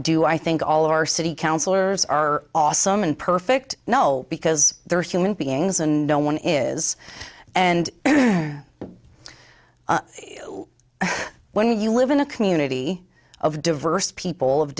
do i think all our city councilors are awesome and perfect no because they're human beings and no one is and when you live in a community of diverse people of